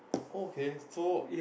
oh okay so